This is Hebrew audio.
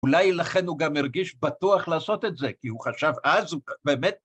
‫אולי לכן הוא גם הרגיש בטוח ‫לעשות את זה, כי הוא חשב...